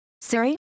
Siri